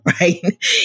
right